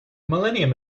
millennium